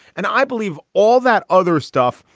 and i believe all that other stuff.